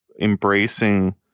embracing